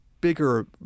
bigger